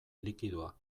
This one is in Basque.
likidoa